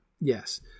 yes